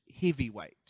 heavyweight